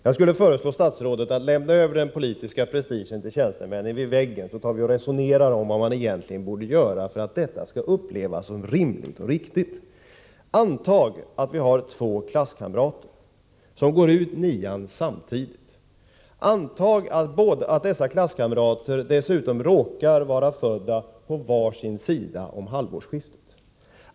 Jag skulle föreslå statsrådet att lämna över den politiska prestigen till tjänstemännen som sitter vid väggen här, så att vi kan resonera om vad som borde göras för att tillämpningen skall upplevas rimlig och rättvis. Antag att vi har två klasskamrater som går ut nian samtidigt. Antag att dessa klasskamrater dessutom råkar vara födda på var sin sida om halvårsskiftet.